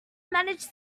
managed